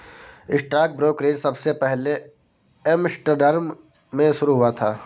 stock brokerage सबसे पहले Amsterdam में शुरू हुआ था